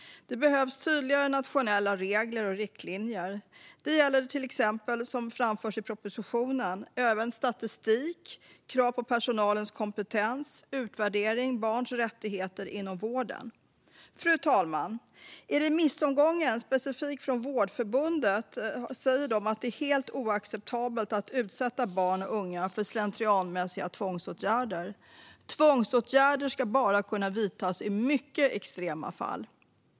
Det behövs tydligare nationella regler och riktlinjer. Det gäller till exempel, som framförs i propositionen, även statistik, krav på personalens kompetens, utvärdering och barns rättigheter inom vården. Fru talman! I remissomgången säger Vårdförbundet att det är helt oacceptabelt att utsätta barn och unga för slentrianmässiga tvångsåtgärder. Tvångsåtgärder ska bara kunna vidtas i mycket extrema fall.